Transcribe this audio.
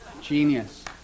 Genius